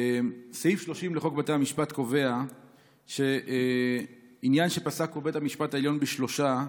סעיף 30 לחוק בתי המשפט קובע שעניין שפסק בו בית המשפט העליון בשלושה,